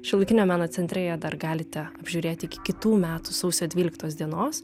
šiuolaikinio meno centre ją dar galite apžiūrėti iki kitų metų sausio dvyliktos dienos